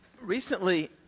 Recently